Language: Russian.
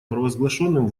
провозглашенным